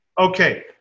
Okay